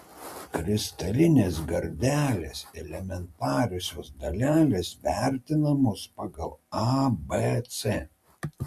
kristalinės gardelės elementariosios dalelės vertinamos pagal a b c